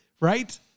Right